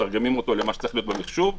מתרגמים אותו למה שצריך להיות במחשוב,